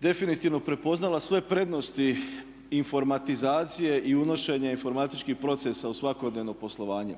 definitivno prepoznala sve prednosti informatizacije i unošenja informatičkih procesa u svakodnevno poslovanje.